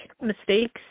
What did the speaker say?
mistakes